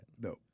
No